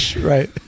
right